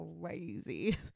crazy